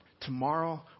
Tomorrow